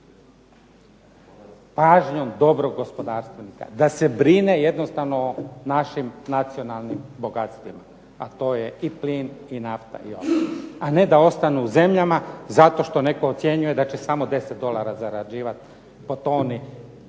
pažnjom dobrog gospodarstvenika, da se brine jednostavno o našim nacionalnim bogatstvima. A to je i plin i nafta i ostalo. A ne da ostanu u zemljama zato što netko ocjenjuje da će samo 10 dolara zarađivati po toni